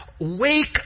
wake